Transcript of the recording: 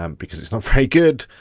um because it's not very good.